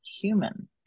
human